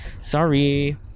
Sorry